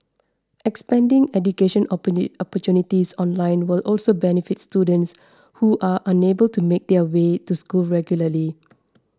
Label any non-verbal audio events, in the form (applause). expanding education (unintelligible) opportunities online will also benefit students who are unable to make their way to school regularly